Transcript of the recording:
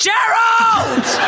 Gerald